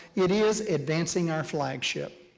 it is advancing our flagship,